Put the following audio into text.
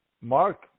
Mark